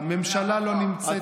הממשלה לא נמצאת כאן.